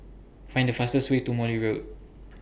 Find The fastest Way to Morley Road